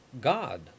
God